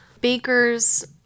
Baker's